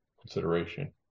consideration